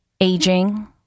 aging